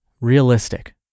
realistic